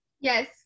Yes